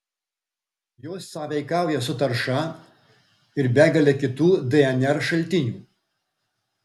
jos sąveikauja su tarša ir begale kitų dnr šaltinių